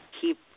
keep